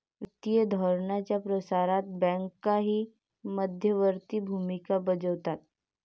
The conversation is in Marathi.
वित्तीय धोरणाच्या प्रसारणात बँकाही मध्यवर्ती भूमिका बजावतात